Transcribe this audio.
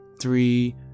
three